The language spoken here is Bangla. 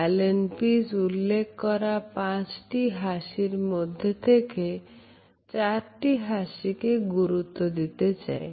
Allan Pease উল্লেখ করা পাঁচটি হাসির মধ্যে থেকে চারটি হাসি কে গুরুত্ব দিতে চাই